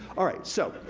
all right, so,